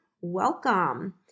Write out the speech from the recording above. welcome